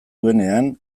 duenean